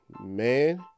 man